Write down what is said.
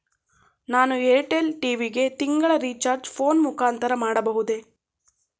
ನಾನು Airtel TV ಗೆ ತಿಂಗಳ ರಿಚಾರ್ಜ್ ಫೋನ್ ಮುಖಾಂತರ ಮಾಡಬಹುದೇ?